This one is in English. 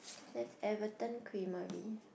there's Everton Creamery